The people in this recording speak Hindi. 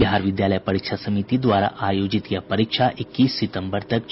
बिहार विद्यालय परीक्षा समिति द्वारा आयोजित यह परीक्षा इक्कीस सितम्बर तक चलेगी